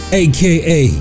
aka